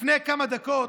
לפני כמה דקות